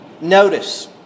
Notice